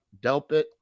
Delpit